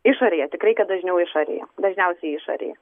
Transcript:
išorėje tikrai kad dažniau išorėje dažniausiai išorėje